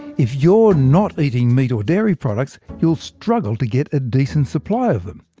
if you're not eating meat or dairy products, you'll struggle to get a decent supply of them.